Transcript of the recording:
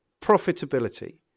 profitability